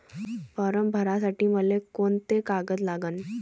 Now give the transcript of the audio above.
Form भरासाठी मले कोंते कागद लागन?